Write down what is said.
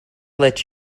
let